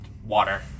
Water